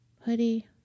hoodie